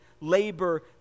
labor